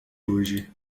hoje